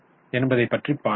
என்பதை பற்றி பார்ப்போம்